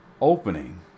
opening